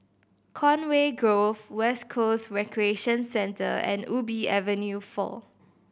Conway Grove West Coast Recreation Centre and Ubi Avenue Four